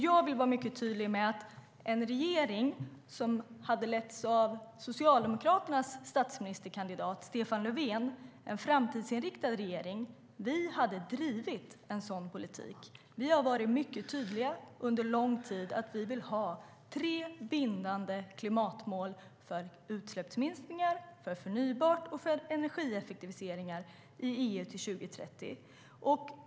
Jag vill vara mycket tydlig med att en regering ledd av Socialdemokraternas statsministerkandidat Stefan Löfven, en framtidsinriktad regering, hade drivit en sådan politik. Vi har under lång tid varit mycket tydliga med att vi vill ha tre bindande klimatmål för utsläppsminskningar, förnybart och energieffektiviseringar i EU till 2030.